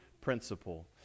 principle